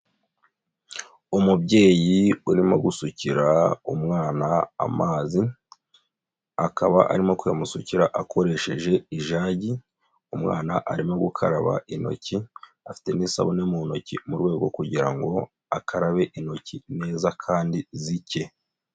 Umubyeyi urimo gusukira umwana amazi, akaba arimo kuyamusukira akoresheje ijagi, umwana arimo gukaraba intoki, afite n'isabune mu ntoki mu rwego rwo kugira ngo akarabe intoki neza kandi zike.